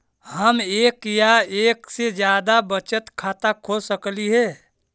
हम एक या एक से जादा बचत खाता खोल सकली हे?